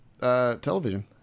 television